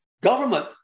government